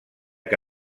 que